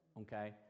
okay